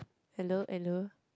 hello hello